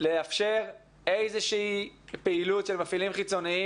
לאפשר איזושהי פעילות של מפעילים חיצוניים,